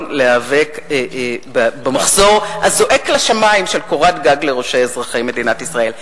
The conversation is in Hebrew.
להיאבק במחסור הזועק לשמים של קורת גג לראשם של אזרחי מדינת ישראל?